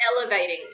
elevating